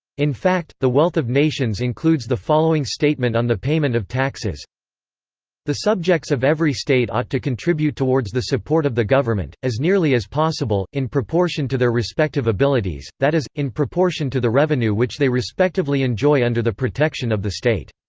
in fact, the wealth of nations includes the following statement on the payment of taxes the subjects of every state ought to contribute towards the support of the government, as nearly as possible, in proportion to their respective abilities that is, in proportion to the revenue which they respectively enjoy under the protection of the state.